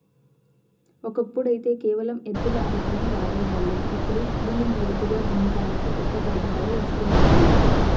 ఒకప్పుడైతే కేవలం ఎద్దుల అరకనే వాడే వాళ్ళం, ఇప్పుడు భూమిని లోతుగా దున్నడానికి కొత్త పరికరాలు వత్తున్నాయి